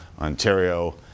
Ontario